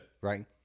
Right